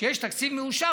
כשיש תקציב מאושר,